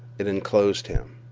it inclosed him.